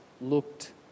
looked